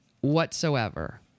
whatsoever